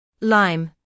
lime